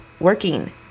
working